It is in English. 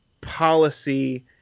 policy